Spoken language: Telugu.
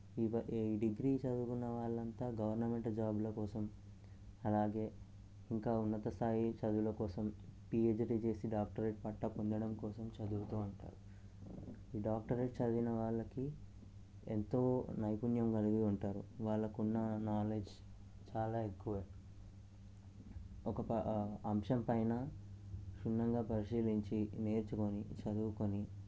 ఈ పై ఈ డిగ్రీ చదువుకున్న వాళ్లంతా గవర్నమెంట్ జాబుల కోసం అలాగే ఇంకా ఉన్నత స్థాయి చదువుల కోసం పిహెచ్డీ చేసి డాక్టరేట్ పట్టా పొందడం కోసం చదువుతు ఉంటారు ఈ డాక్టరేట్ చదివిన వాళ్ళకి ఎంతో నైపుణ్యం కలిగి ఉంటారు వాళ్ళకు ఉన్న నాలెడ్జ్ చాలా ఎక్కువ ఒక అంశం పైన క్షుణ్ణంగా పరిశీలించి నేర్చుకొని చదువుకొని